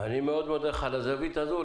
אני מאוד מודה לך על הזווית הזו,